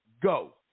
Go